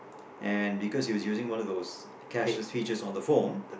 and because he was using one of those cashless features on the phone